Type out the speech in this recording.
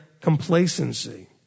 complacency